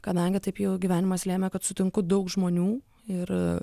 kadangi taip jau gyvenimas lėmė kad sutinku daug žmonių ir